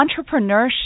Entrepreneurship